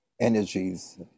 energies